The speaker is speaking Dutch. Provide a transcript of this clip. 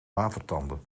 watertanden